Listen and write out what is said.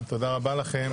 תודה רבה לכם.